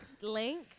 link